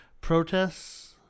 protests